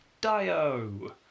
Dio